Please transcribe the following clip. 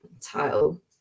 title